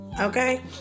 Okay